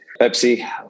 Pepsi